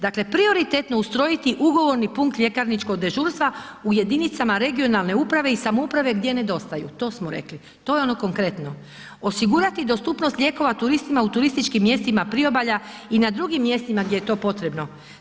Dakle, prioritetno ustrojiti ugovorni punkt ljekarničkog dežurstva u jedinicama regionalne uprave i samouprave gdje nedostaju, to smo rekli, to je ono konkretno, osigurati dostupnost lijekova turistima u turističkim mjestima priobalja i na drugim mjestima gdje je to potrebno.